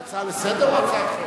זו הצעה לסדר-היום או הצעת החוק?